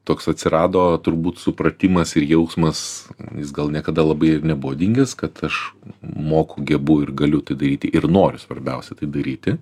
toks atsirado turbūt supratimas ir jausmas jis gal niekada labai ir nebuvo dingęs kad aš moku gebu ir galiu tai daryti ir noriu svarbiausia tai daryti